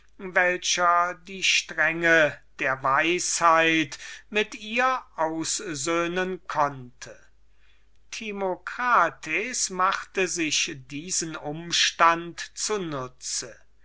welcher die strenge der weisheit mit ihr aussöhnen konnte timocrat machte sich diesen umstand zu nutz